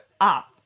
up